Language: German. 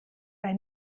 bei